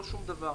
לא שום דבר,